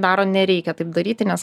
daro nereikia taip daryti nes